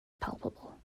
palpable